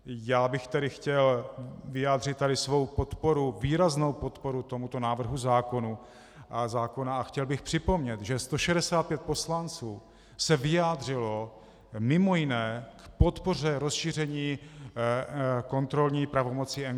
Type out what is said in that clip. Já bych tady chtěl vyjádřil svou podporu, výraznou podporu tomuto návrhu zákona a chtěl bych připomenout, že 165 poslanců se vyjádřilo mimo jiné k podpoře rozšíření kontrolní pravomoci NKÚ.